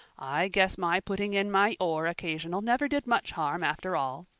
i guess my putting in my oar occasional never did much harm after all.